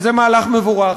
וזה מהלך מבורך,